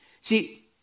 See